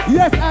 yes